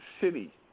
city